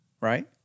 right